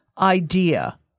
idea